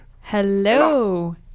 Hello